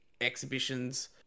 exhibitions